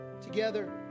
together